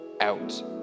out